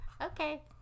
Okay